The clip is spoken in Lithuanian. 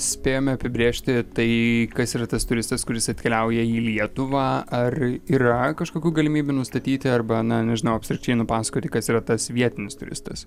spėjome apibrėžti tai kas yra tas turistas kuris atkeliauja į lietuvą ar yra kažkokių galimybių nustatyti arba na nežinau absoliučiai nupasakoti kas yra tas vietinis turistas